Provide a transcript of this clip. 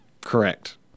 Correct